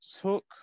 took